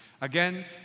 Again